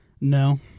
No